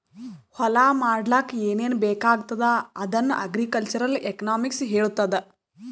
ಹೊಲಾ ಮಾಡ್ಲಾಕ್ ಏನೇನ್ ಬೇಕಾಗ್ತದ ಅದನ್ನ ಅಗ್ರಿಕಲ್ಚರಲ್ ಎಕನಾಮಿಕ್ಸ್ ಹೆಳ್ತುದ್